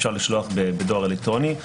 אפשר לשלוח בדואר אלקטרוני.